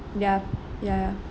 ya ya ya